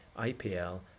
IPL